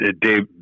Dave